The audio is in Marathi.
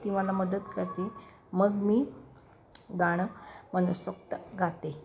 ती मला मदत करते मग मी गाणं मनसोक्त गाते